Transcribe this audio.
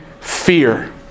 fear